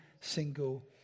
single